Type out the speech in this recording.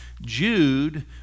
Jude